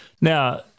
Now